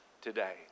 today